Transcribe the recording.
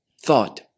thought